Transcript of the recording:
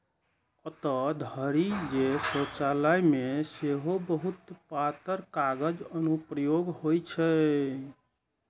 एतय धरि जे शौचालय मे सेहो बहुत पातर कागतक अनुप्रयोग होइ छै